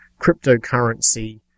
cryptocurrency